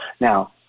Now